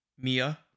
Mia